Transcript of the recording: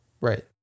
Right